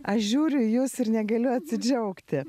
aš žiūriu į jus ir negaliu atsidžiaugti